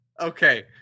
Okay